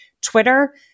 Twitter